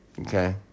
Okay